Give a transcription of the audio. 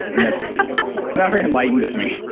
it's not very enlightened of me,